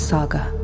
Saga